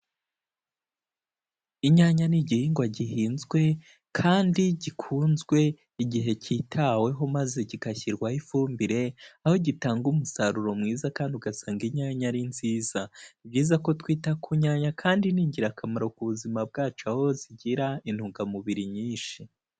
Inyanya ni igihingwa gihinzwe kandi gikunzwe igihe kitaweho maze kigashyirwaho ifumbire, aho gitanga umusaruro mwiza kandi ugasanga inyanya ari nziza. Ni byiza ko twita ku nyanya kandi ni ingirakamaro ku buzima bwacu, aho zigira intungamubiri nyinshi.